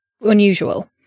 unusual